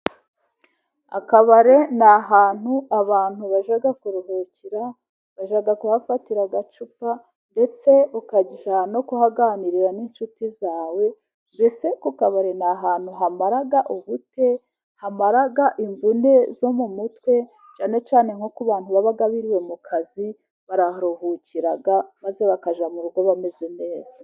Akabare n'ahantu abantu bajya kuruhukira, bajya kuhafatira agacupa ndetse ukaya no kuhaganirira n'inshuti zawe, mbese ko kabari n'ahantu hamara ubute, hamara imvune zo mu mutwe cyane cyane nko ku abantu baba biriwe mu kazi baraharuhukira maze bakajya mu rugo bameze neza.